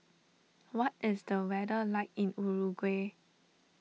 what is the weather like in Uruguay